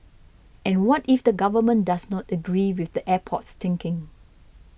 and what if the government does not agree with the airport's thinking